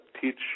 teach